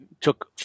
took